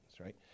right